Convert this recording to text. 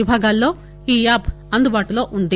విభాగాల్లో ఈ యాప్ అందుబాటులో వుంది